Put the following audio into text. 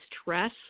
stress